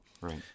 Right